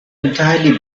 entirely